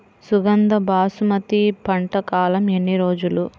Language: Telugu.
సుగంధ బాసుమతి పంట కాలం ఎన్ని రోజులు?